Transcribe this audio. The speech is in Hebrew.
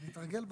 אני אתרגל בסוף.